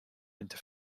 into